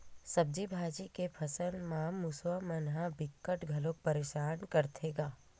सब्जी भाजी के फसल म मूसवा मन ह बिकट घलोक परसान करथे गा